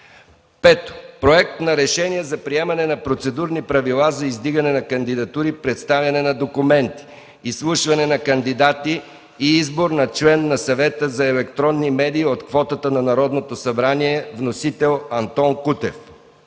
5. Проект на решение за приемане на Процедурни правила за издигане на кандидатури, представяне на документи, изслушване на кандидати и избор на член на Съвета за електронни медии от квотата на Народното събрание. Вносител: Антон Кутев.